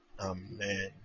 Amen